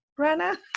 Brenna